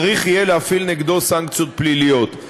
צריך יהיה להפעיל נגדו סנקציות פליליות: